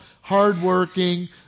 hardworking